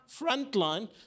Frontline